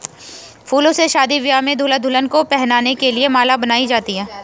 फूलों से शादी ब्याह में दूल्हा दुल्हन को पहनाने के लिए माला बनाई जाती है